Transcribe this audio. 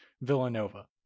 Villanova